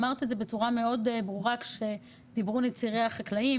אמרת את זה בצורה מאוד ברורה כשדיברו נציגי החקלאים,